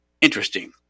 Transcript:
interesting